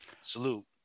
Salute